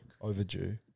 Overdue